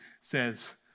says